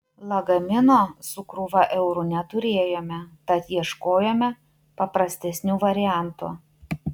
lagamino su krūva eurų neturėjome tad ieškojome paprastesnių variantų